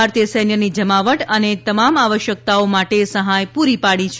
ભારતીય સૈન્યની જમાવટ અને તમામ આવશ્યકતાઓ માટે સહાય પૂરી પાડી છે